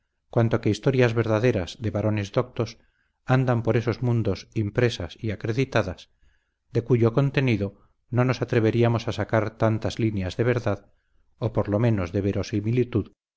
cuanto que historias verdaderas de varones doctos andan por esos mundos impresas y acreditadas de cuyo contenido no nos atreveríamos a sacar tantas líneas de verdad o por lo menos de verosimilitud